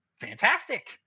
fantastic